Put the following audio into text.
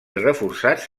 reforçats